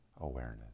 awareness